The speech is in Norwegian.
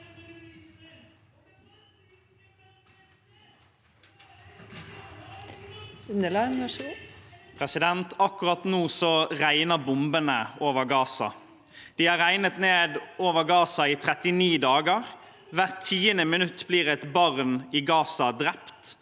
Akkurat nå regner bombene over Gaza. De har regnet ned over Gaza i 39 dager. Hvert tiende minutt blir et barn i Gaza drept